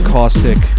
Caustic